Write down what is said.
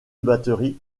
batterie